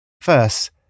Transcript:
First